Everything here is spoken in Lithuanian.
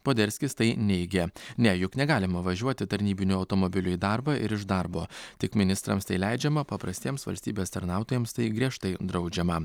poderskis tai neigia ne juk negalima važiuoti tarnybiniu automobiliu į darbą ir iš darbo tik ministrams tai leidžiama paprastiems valstybės tarnautojams tai griežtai draudžiama